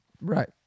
Right